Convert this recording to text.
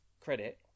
credit